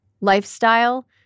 lifestyle